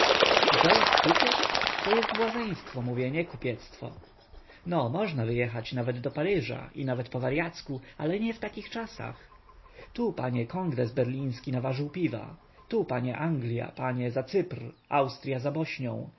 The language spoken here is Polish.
i to jest kupiec to jest błazeństwo mówię nie kupiectwo no można wyjechać nawet do paryża i nawet po waryacku ale nie w takich czasach tu panie kongres berliński nawarzył piwa tu panie anglia panie za cypr austrya